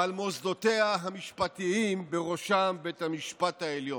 ועל מוסדותיה המשפטיים, ובראשם בית המשפט העליון.